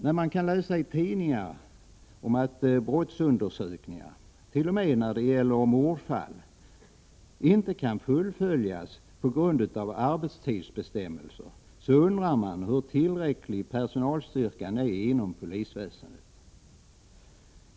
När man kan läsa i tidningar att brottsundersökningar, t.o.m. när det gäller mordfall, inte kan fullföljas på grund av arbetstidsbestämmelserna undrar man om personalstyrkan är tillräcklig inom polisväsendet.